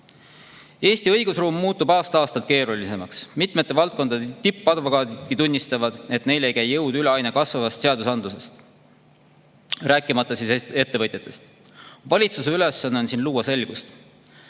Eesti õigusruum muutub aasta-aastalt keerulisemaks. Mitmete valdkondade tippadvokaadidki tunnistavad, et neil ei käi jõud üle aina kasvavast seadusandlusest, rääkimata siis ettevõtjatest. Valitsuse ülesanne on siin luua selgust,